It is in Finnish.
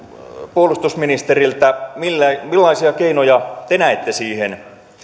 puolustusministeriltä millaisia millaisia keinoja te näette siihen